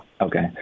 Okay